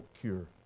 cure